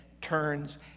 turns